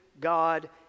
God